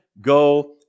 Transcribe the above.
go